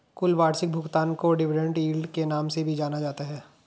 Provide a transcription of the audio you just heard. कुल वार्षिक भुगतान को डिविडेन्ड यील्ड के नाम से भी जाना जाता है